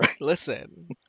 Listen